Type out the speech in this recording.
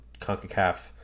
Concacaf